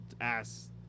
ass